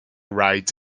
right